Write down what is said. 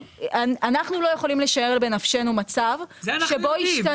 אנחנו לא יכולים לשער בנפשנו מצב שבו ישתנו --- זה אנחנו יודעים,